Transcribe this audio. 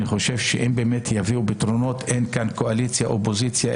אם יביאו פתרונות אין כאן קואליציה ואופוזיציה,